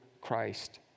Christ